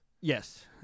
yes